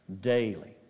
daily